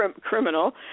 criminal